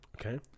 Okay